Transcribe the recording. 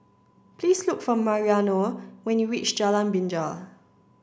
please look for Mariano when you reach Jalan Binja